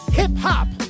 hip-hop